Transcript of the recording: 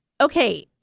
Okay